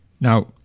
Now